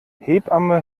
hebamme